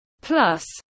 Plus